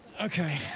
Okay